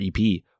EP